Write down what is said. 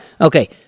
Okay